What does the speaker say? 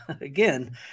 again